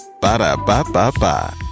Ba-da-ba-ba-ba